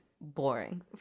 boring